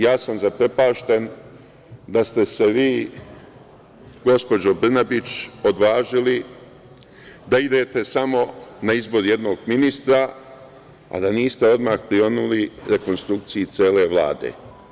Ja sam zaprepašten da ste se vi, gospođo Brnabić, odvažili da idete samo na izbor jednog ministra, a da niste odmah prionuli rekonstrukciji cele Vlade.